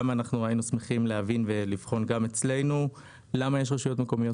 היינו שמחים להבין ולבחון גם אצלנו למה יש רשויות מקומיות